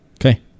Okay